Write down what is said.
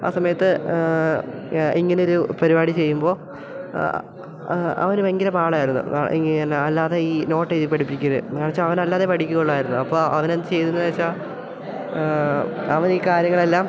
ആ സമയത്ത് ഇങ്ങനെയൊരു പരിപാടി ചെയ്യുമ്പോൾ അവന് ഭയങ്കര പാടായിരുന്നു ഇങ്ങനെ അല്ലാതെ ഈ നോട്ട് എഴുതി പഠിപ്പിക്കല് എന്നാു വെച്ചാൽ അവനല്ലാതെ പഠിക്കുകയുള്ളായിരുന്നു അപ്പോൾ അവനെന്ത് ചെയ്തെന്ന് വെച്ചാൽ അവൻ ഈ കാര്യങ്ങളെല്ലാം